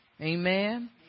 Amen